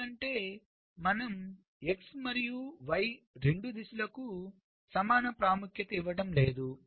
ఎందుకంటే మనం x మరియు y రెండు దిశలకు సమాన ప్రాముఖ్యత ఇవ్వడం లేదు